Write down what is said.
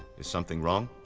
is something wrong?